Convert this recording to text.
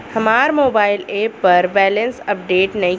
हमार mobile app पर balance update नइखे